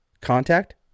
contact